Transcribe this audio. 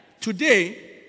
Today